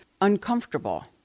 uncomfortable